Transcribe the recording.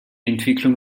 entwicklung